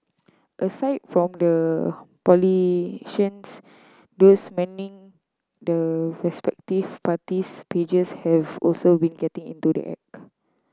aside from the politicians those manning the respective parties pages have also been getting into the act